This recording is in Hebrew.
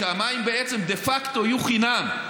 כשהמים בעצם דה פקטו יהיו חינם,